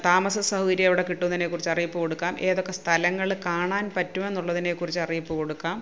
താമസ സൗകര്യം എവിടെ കിട്ടുന്നതിനെക്കുറിച്ച് അറിയിപ്പ് കൊടുക്കാം ഏതൊക്കെ സ്ഥലങ്ങള് കാണാൻ പറ്റുവെന്നുള്ളതിനെ കുറിച്ച് അറിയിപ്പ് കൊടുക്കാം